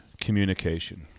communication